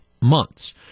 months